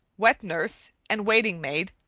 wet nurse and waiting-maid,